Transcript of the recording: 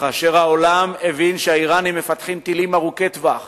וכאשר העולם הבין שהאירנים מפתחים טילים ארוכי טווח